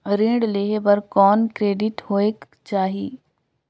ऋण लेहे बर कौन क्रेडिट होयक चाही?